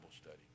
study